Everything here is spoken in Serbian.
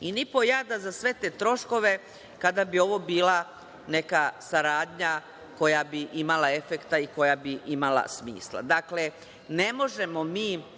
I ni po jada za sve te troškove, kada bi ovo bila neka saradnja koja bi imala efekta i koja bi imala smisla. Ne možemo mi,